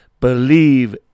Believe